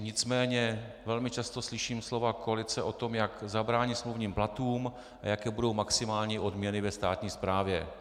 Nicméně velmi často slyším slova koalice o tom, jak zabránit smluvním platům a jaké budou maximální odměny ve státní správě.